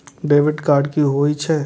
Debit card कि होई छै?